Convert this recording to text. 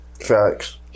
Facts